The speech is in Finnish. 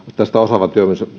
tästä osaavan